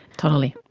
totally.